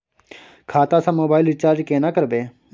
खाता स mobile recharge केना करबे?